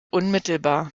unmittelbar